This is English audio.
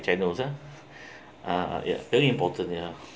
uh ya very important ya